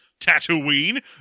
Tatooine